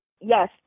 Yes